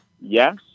Yes